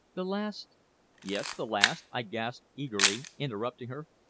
the last yes, the last? i gasped eagerly, interrupting her.